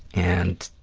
and